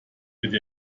wird